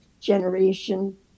generation